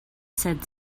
said